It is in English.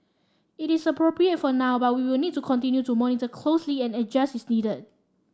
it is appropriate for now but we will need to continue to monitor closely and adjust as needed